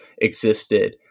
existed